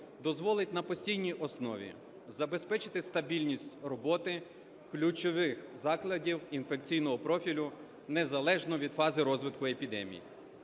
дозволить на постійній основі забезпечити стабільність роботи ключових закладів інфекційного профілю незалежно від фази розвитку епідемій.